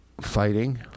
fighting